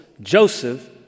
Joseph